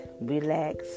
relax